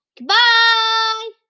Goodbye